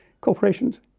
Corporations